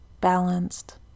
balanced